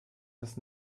das